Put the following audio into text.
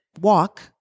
walk